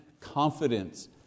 confidence